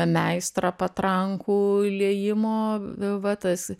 meistrą patrankų liejimo va tas